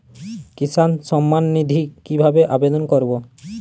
কিষান সম্মাননিধি কিভাবে আবেদন করব?